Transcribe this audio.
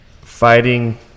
fighting